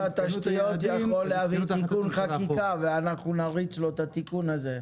התשתיות יכול להביא תיקון חקיקה ואנחנו נריץ לו את התיקון הזה,